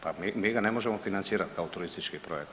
Pa mi ga ne možemo financirat kao turistički projekat.